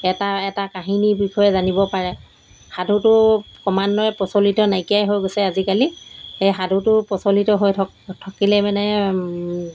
এটা এটা কাহিনীৰ বিষয়ে জানিব পাৰে সাধুটো ক্ৰমান্বয়ে প্ৰচলিত নাইকিয়াই হৈ গৈছে আজিকালি সেই সাধুটো প্ৰচলিত হৈ থকিলে মানে